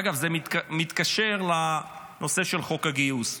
אגב, זה מתקשר לנושא של חוק הגיוס.